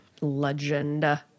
legend